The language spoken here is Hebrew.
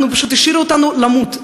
פשוט השאירו אותנו למות,